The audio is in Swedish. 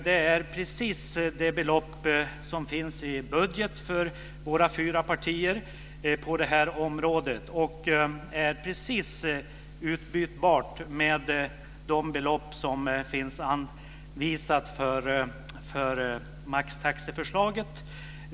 Det är just det belopp som finns i budgeten från oss fyra partier på området och det är precis utbytbart med det belopp som finns anvisat för maxtaxeförslaget.